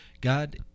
God